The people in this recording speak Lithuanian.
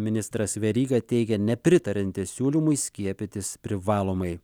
ministras veryga teigia nepritariantis siūlymui skiepytis privalomai